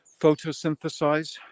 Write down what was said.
photosynthesize